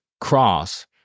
cross